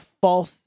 false